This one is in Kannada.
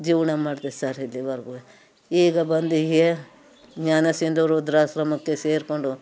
ಜೀವನ ಮಾಡಿದೆ ಸರ್ ಇಲ್ಲಿವರೆಗೂ ಈಗ ಬಂದು ಎ ಜ್ಞಾನ ಸಿಂಧೂರ ವೃದ್ಧಾಶ್ರಮಕ್ಕೆ ಸೇರಿಕೊಂಡು